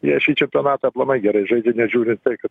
jie šį čempionatą aplamai gerai žaidžia nežiūri tai kad